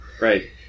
Right